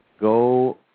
go